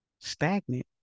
stagnant